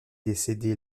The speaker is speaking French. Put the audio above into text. décédé